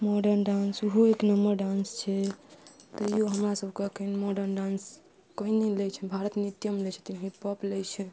modern dance ओहो एक number dance छै तैयो हमरा सबके अखन मॉर्डर्न डांस कनि नहि लै छै भारत नृत्यम लै छथिन हिपहॉप लै छै